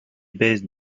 baisses